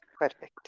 Perfect